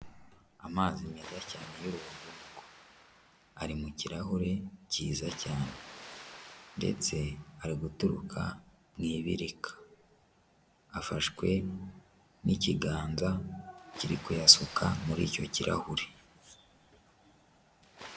Amazi meza cyane y'urubogobogo ari mu kirahure cyiza cyane ndetse ari guturuka mu ibirika, afashwe n'ikiganza kiri kuyasuka muri icyo kirahure.